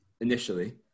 initially